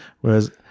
Whereas